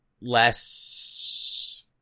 less